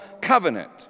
covenant